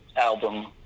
album